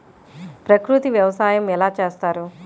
ప్రకృతి వ్యవసాయం ఎలా చేస్తారు?